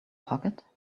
pocket